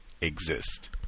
exist